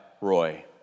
Roy